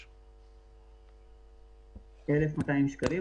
העבודה והרווחה,